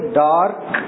dark